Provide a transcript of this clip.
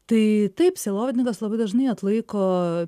tai taip sielovadininkas labai dažnai atlaiko